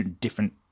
different